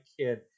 kid